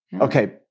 Okay